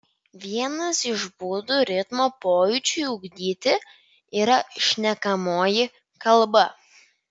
vienas iš būdų ritmo pojūčiui ugdyti yra šnekamoji kalba